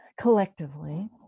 collectively